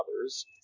others